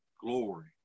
glory